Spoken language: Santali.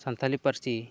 ᱥᱟᱱᱛᱟᱲᱤ ᱯᱟᱹᱨᱥᱤ